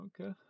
Okay